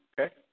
Okay